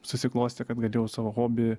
susiklostė kad galėjau savo hobį